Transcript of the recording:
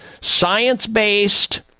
science-based